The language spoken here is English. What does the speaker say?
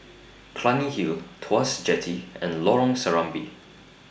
Clunny Hill Tuas Jetty and Lorong Serambi